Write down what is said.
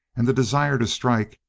and the desire to strike,